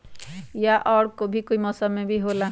या और भी कोई मौसम मे भी होला?